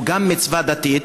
הוא גם מצווה דתית,